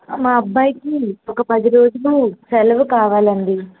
మా అబ్బాయికి ఒక పది రోజులు సెలవు కావాలండి